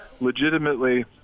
legitimately